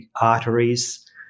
arteries